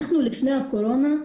לפני הקורונה,